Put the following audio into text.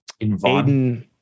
Aiden